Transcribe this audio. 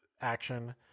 action